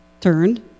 turned